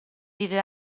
vive